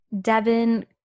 Devin